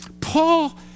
Paul